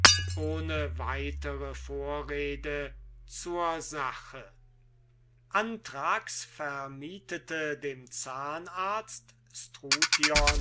ohne weitere vorrede zur sache anthrax vermietete dem zahnarzt